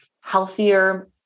healthier